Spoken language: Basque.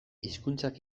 hizkuntzak